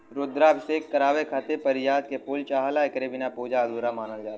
रुद्राभिषेक करावे खातिर पारिजात के फूल चाहला एकरे बिना पूजा अधूरा मानल जाला